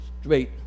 straight